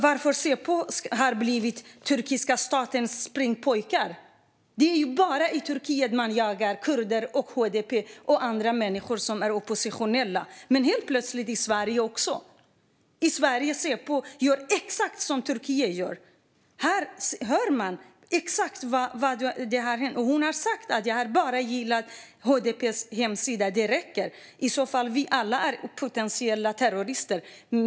Varför har Säpo blivit turkiska statens springpojkar? Det är bara i Turkiet man jagar kurder, HDP och andra människor som är oppositionella. Helt plötsligt gör man också det i Sverige. I Sverige gör Säpo exakt som Turkiet gör. Här ser man exakt vad hon har sagt. Hon har sagt: Jag har bara gillat HDP:s hemsida, och det räcker. I så fall är vi alla potentiella terrorister.